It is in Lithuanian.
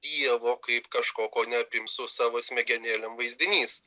dievo kaip kažko ko neapims su savo smegenėlėm vaizdinys